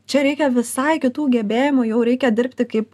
čia reikia visai kitų gebėjimų jau reikia dirbti kaip